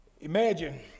Imagine